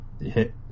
hit